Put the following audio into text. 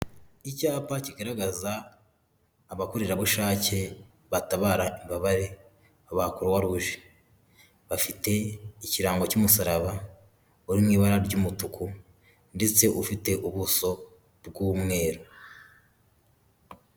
Icyapa kigaragaza abakorerabushake batabara imbabare ba kuruwaruje. Bafite ikirango cy'umusaraba, uri mu ibara ry'umutuku ndetse ufite ubuso bw'umweru.